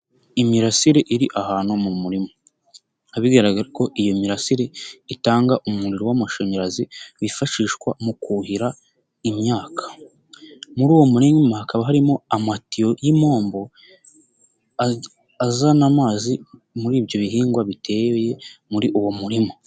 Imirasire iri ahantu mu murima bikaba bigaraga ko iyo mirasire itanga umuriro w'amashanyarazi wifashishwa mu kuhira imyaka, muri uwo murima hakaba harimo amatiyo y'impombo azana amazi muri ibyo bihingwa biteye muri uwo murima.